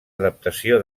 adaptació